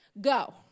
Go